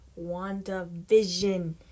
WandaVision